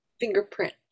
fingerprint